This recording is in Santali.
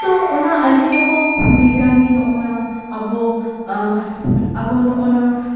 ᱛᱚ ᱚᱱᱟ ᱟᱹᱰᱤ ᱨᱚᱠᱚᱢ ᱵᱤᱜᱽᱜᱟᱱᱤ ᱱᱚᱜᱼᱚᱭ ᱱᱟ ᱟᱵᱚ ᱟᱵᱚ ᱱᱚᱜᱼᱚᱭ ᱱᱟ